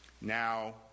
now